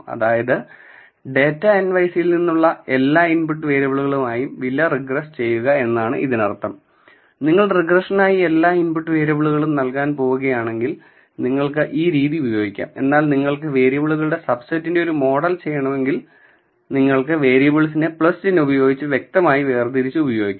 അതായത് data nyc യിൽ നിന്നുള്ള എല്ലാ ഇൻപുട്ട് വേരിയബിളുകളുമായും വില റിഗ്രസ് ചെയ്യുക എന്നാണ് ഇതിനർത്ഥം നിങ്ങൾ റിഗ്രഷനായി എല്ലാ ഇൻപുട്ട് വേരിയബിളുകളും നൽകാൻ പോകുകയാണെങ്കിൽ നിങ്ങൾക്ക് ഈ രീതി ഉപയോഗിക്കാം എന്നാൽ നിങ്ങള്ക്ക് വേരിയബിളുകളുടെ സബ്സെറ്റിന്റെ ഒരു മോഡൽ ചെയ്യണമെങ്കിൽ നിങ്ങൾക്ക് വേരിയബിൾസിനെ ചിഹ്നം ഉപയോഗിച്ച് വ്യക്തമായി വേർതിരിച്ചു ഉപയോഗിക്കാം